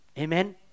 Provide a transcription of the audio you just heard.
Amen